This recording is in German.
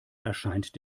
erscheint